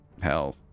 Hell